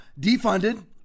defunded